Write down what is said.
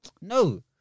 No